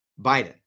Biden